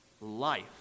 life